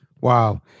Wow